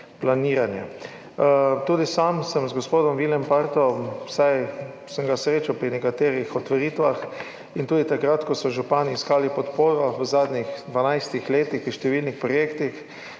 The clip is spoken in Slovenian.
Tudi sam sem gospoda Willenparta srečal na nekaterih otvoritvah in tudi takrat, ko so župani iskali podporo v zadnjih 12 letih pri številnih projektih,